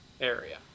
area